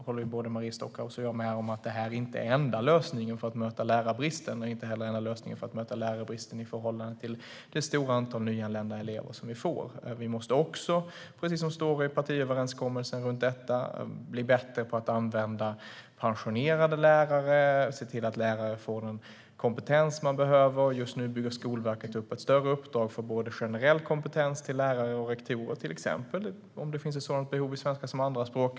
Både Maria Stockhaus och jag håller med om att det inte är den enda lösningen för att möta lärarbristen. Det är heller inte den enda lösningen för att möta lärarbristen i förhållande till det stora antal nyanlända elever vi får. Vi måste också, precis som det står i partiöverenskommelsen om detta, bli bättre på att använda pensionerade lärare och se till att lärare får den kompetens de behöver. Just nu bygger Skolverket upp ett större uppdrag för generell kompetens för till exempel lärare och rektorer om det finns ett sådant behov i svenska som andraspråk.